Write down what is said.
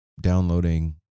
downloading